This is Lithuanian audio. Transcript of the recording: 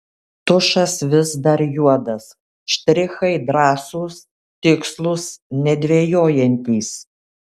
tušas vis dar juodas štrichai drąsūs tikslūs nedvejojantys